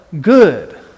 good